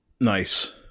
nice